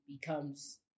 becomes